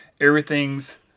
everything's